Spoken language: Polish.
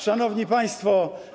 Szanowni Państwo!